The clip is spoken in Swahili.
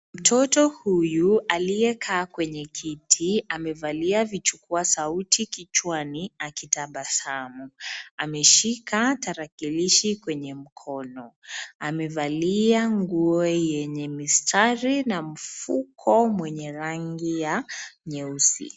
Mtto huyu aliyekaa kwenye kiti, amevalia vichukua sauti kichwani, akitabasamu, ameshika tarakilishi kwenye mkono amevalia nguo yenye mistari na mfuko mwenye rangi ya nyeusi.